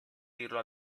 dirlo